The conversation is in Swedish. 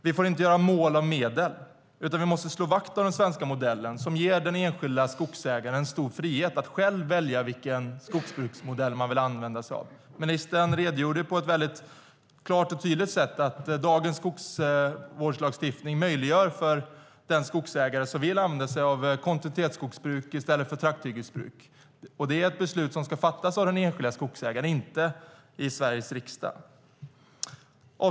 Vi får inte göra mål av medel, utan vi måste slå vakt om den svenska modellen som ger den enskilda skogsägaren stor frihet att själv välja vilken skogsbruksmodell han eller hon vill använda sig av. Ministern redogjorde klart och tydligt för att dagens skogsvårdslagstiftning möjliggör för en skogsägare att använda sig av kontinuitetsskogsbruk i stället för trakthyggesbruk. Det beslutet ska fattas av den enskilda skogsägaren, inte av Sveriges riksdag. Fru talman!